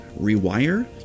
rewire